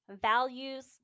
values